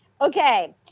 Okay